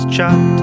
Chat